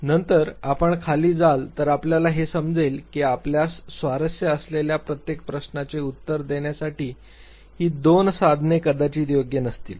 परंतु नंतर आपण खाली जाल तर आपल्याला हे समजेल की आपल्यास स्वारस्य असलेल्या प्रत्येक प्रश्नाचे उत्तर देण्यासाठी ही दोन साधने कदाचित योग्य नसतील